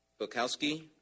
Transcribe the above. Bukowski